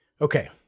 Okay